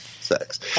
sex